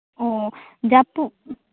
ᱚᱻ ᱡᱟᱹᱯᱩᱫ